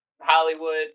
Hollywood